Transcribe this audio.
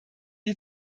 die